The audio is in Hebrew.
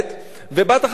ובת אחת בכיתה ב'.